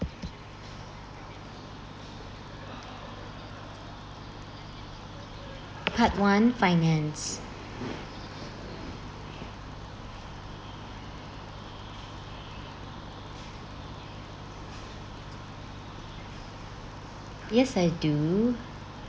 part one finance yes I do